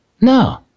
No